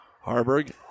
Harburg